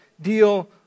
deal